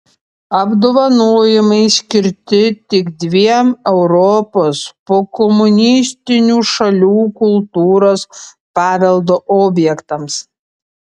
apdovanojimai skirti tik dviem europos pokomunistinių šalių kultūros paveldo objektams